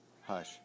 hush